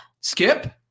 Skip